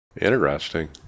Interesting